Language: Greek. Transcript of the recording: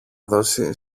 δώσει